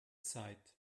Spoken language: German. zeit